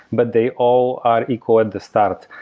but they all are equal at the start.